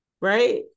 right